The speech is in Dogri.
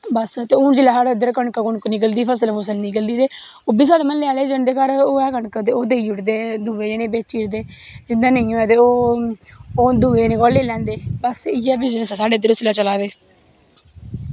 बस ते जिसलै साढ़ै इध्दर कनक कुनक निकलदी फसल फुसल निकलदी ते ओह् बीी साढ़े मह्ल्ले आह्ले जिंदै घर होऐ कनक ते ओह् देई ओड़दे दुऐ जनें गा बेची ओड़दे जिंदे नेंई होऐ ते ओह् ओह् दुए जने कोला लेई लैंदे बस इयै बिजनस ऐ साढ़े इध्दर इसलै चला दे